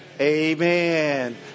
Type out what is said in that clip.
amen